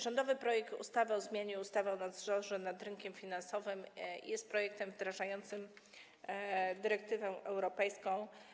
Rządowy projekt ustawy o zmianie ustawy o nadzorze nad rynkiem finansowym jest projektem wdrażającym dyrektywę europejską.